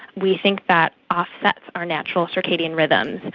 we think that offsets our natural circadian rhythms,